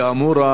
כאמור,